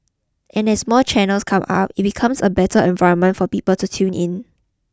and as more channels come up it becomes a better environment for people to tune in